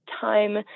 time